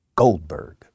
Goldberg